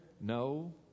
no